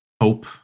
Hope